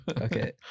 Okay